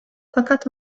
fakat